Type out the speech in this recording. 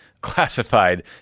classified